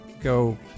go